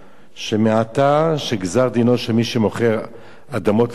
גזר-דינו של מי שמוכר אדמות ליהודים יהיה מוות.